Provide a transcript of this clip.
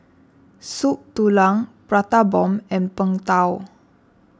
Soup Tulang Prata Bomb and Png Tao